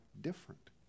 different